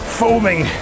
foaming